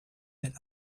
that